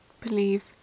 believe